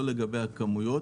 לא לגבי הכמויות